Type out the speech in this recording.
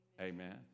Amen